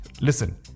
listen